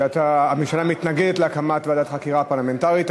הממשלה מתנגדת להקמת ועדת חקירה פרלמנטרית,